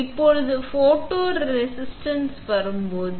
இப்போதுபோட்டோ resist வரும்போது